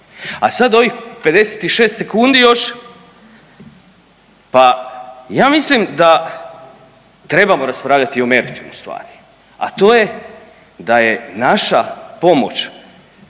A sad ovih 56 sekundi još pa ja mislim da trebamo raspravljati o meritumu stvari, a to je da je naša pomoć,